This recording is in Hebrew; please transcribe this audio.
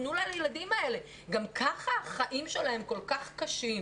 גם ככה החיים שלהם כל כך קשים,